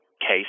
case